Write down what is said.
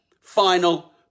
final